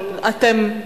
לא, לא.